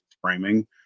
framing